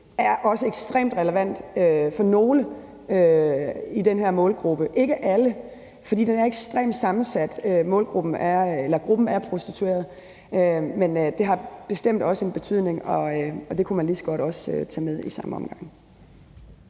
er også ekstremt relevant i forhold til nogle i den her målgruppe. Det gælder ikke alle, fordi gruppen af prostituerede er ekstremt sammensat, men det har bestemt også en betydning, og det kunne man lige så godt også tage med i samme omgang.